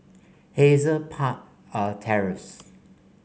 Hazel Park a Terrace